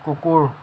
কুকুৰ